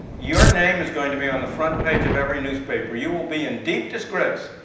your name is going to be on the front page of every newspaper. you will be in deep disgrace.